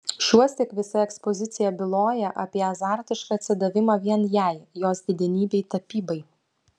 šiuosyk visa ekspozicija byloja apie azartišką atsidavimą vien jai jos didenybei tapybai